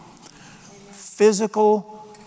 physical